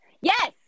yes